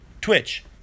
twitch